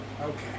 Okay